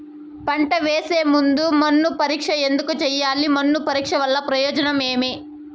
పంట వేసే ముందు మన్ను పరీక్ష ఎందుకు చేయాలి? మన్ను పరీక్ష వల్ల ప్రయోజనం ఏమి?